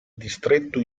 distretto